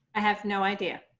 i have no idea.